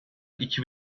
iki